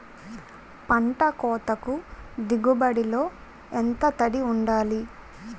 పంట కోతకు దిగుబడి లో ఎంత తడి వుండాలి?